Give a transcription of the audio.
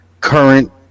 current